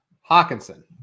Hawkinson